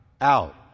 out